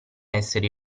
essere